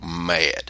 mad